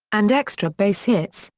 and extra base hits,